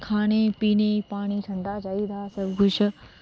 खाने पीने गी पानी ठंडा चाहिदा सब कुछ